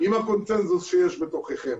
עם הקונצנזוס שיש בתוככם.